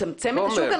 מצמצם את השוק?